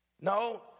No